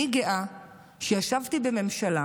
אני גאה שישבתי בממשלה